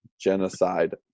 genocide